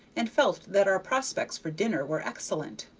and felt that our prospects for dinner were excellent.